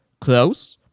close